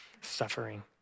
suffering